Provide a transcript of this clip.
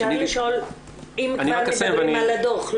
אם מדברים על הדוח,